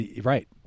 right